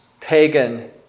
pagan